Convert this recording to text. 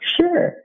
Sure